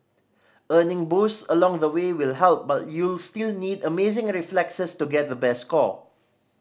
earning boosts along the way will help but you'll still need amazing reflexes to get the best score